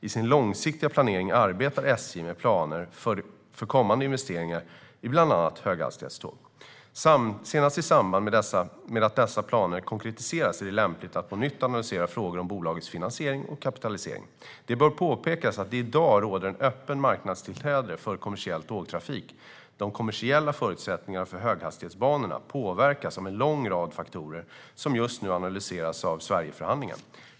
I sin långsiktiga planering arbetar SJ med planer för kommande investeringar i bland annat höghastighetståg. Senast i samband med att dessa planer konkretiseras är det lämpligt att på nytt analysera frågor om bolagets finansiering och kapitalisering. Det bör påpekas att det i dag råder ett öppet marknadstillträde för kommersiell tågtrafik. De kommersiella förutsättningarna för höghastighetsbanorna påverkas av en lång rad faktorer som just nu analyseras av Sverigeförhandlingen.